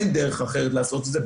אין דרך אחרת לעשות את זה,